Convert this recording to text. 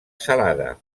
salada